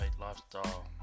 lifestyle